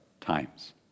times